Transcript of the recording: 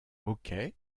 hockey